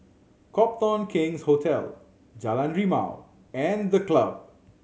Copthorne King's Hotel Jalan Rimau and The Club